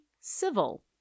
civil